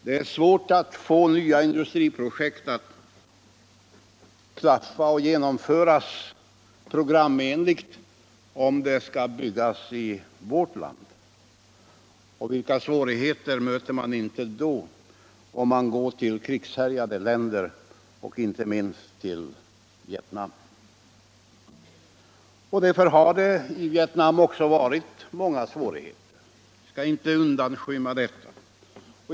Det är svårt att programenligt genomföra nya industriprojekt i vårt land, och vilka svårigheter möter man inte då i krigshärjade länder, och inte minst i Vietnam! Därför har det i Vietnam också varit många svårigheter; jag skall inte undanskymma det.